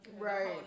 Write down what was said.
Right